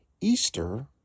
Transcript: Easter